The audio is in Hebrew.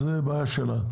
אז זו הבעיה שלה.